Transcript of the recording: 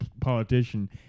politician